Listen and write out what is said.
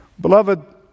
Beloved